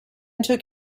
took